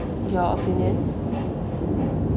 your opinions